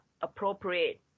appropriate